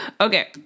Okay